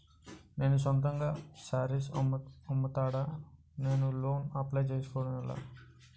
నేను సొంతంగా శారీస్ అమ్ముతాడ, నేను లోన్ అప్లయ్ చేసుకోవడం ఎలా?